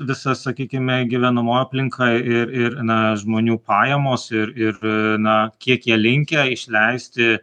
visa sakykime gyvenamoji aplinka ir ir na žmonių pajamos ir ir na kiek jie linkę išleisti